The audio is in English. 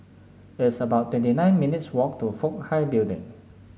it's about twenty nine minutes' walk to Fook Hai Building